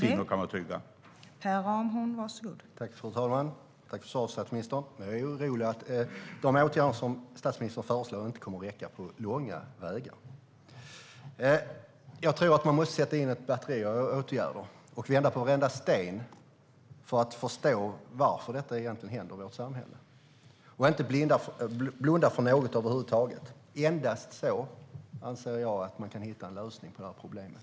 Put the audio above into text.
Fru talman! Tack för svaret, statsministern! Jag är orolig för att de åtgärder som statsministern föreslår inte kommer att räcka på långa vägar. Jag tror att man måste sätta in ett batteri av åtgärder och vända på varenda sten för att förstå varför detta egentligen händer i vårt samhälle och inte blunda för något över huvud taget. Endast så anser jag att man kan hitta en lösning på det här problemet.